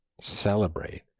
celebrate